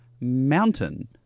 Mountain